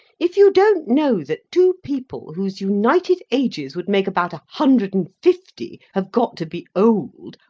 if you don't know that two people whose united ages would make about a hundred and fifty, have got to be old,